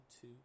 two